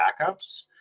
backups